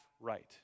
right